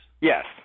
Yes